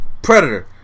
Predator